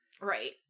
Right